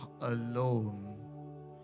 alone